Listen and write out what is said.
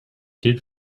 did